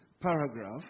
paragraph